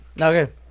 Okay